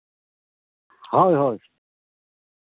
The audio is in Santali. ᱦᱳᱭ ᱦᱳᱭ